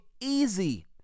easy